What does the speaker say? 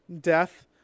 death